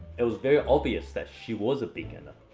it was very obvious that she was a beginner.